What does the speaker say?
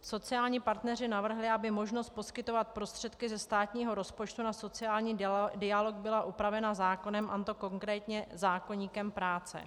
Sociální partneři navrhli, aby možnost poskytovat prostředky ze státního rozpočtu na sociální dialog byla upravena zákonem, a to konkrétně zákoníkem práce.